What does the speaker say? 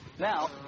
Now